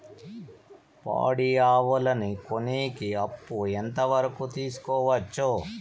పాడి ఆవులని కొనేకి అప్పు ఎంత వరకు తీసుకోవచ్చు?